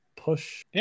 Push